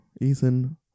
Ethan